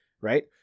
right